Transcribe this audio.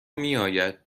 میآید